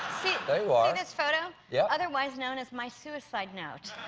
this photo, yeah otherwise known as my suicide note.